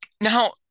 now